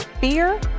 fear